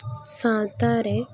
ᱥᱟᱶᱛᱟᱨᱮ